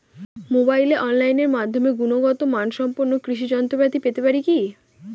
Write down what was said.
মোবাইলে অনলাইনের মাধ্যমে গুণগত মানসম্পন্ন কৃষি যন্ত্রপাতি পেতে পারি কি?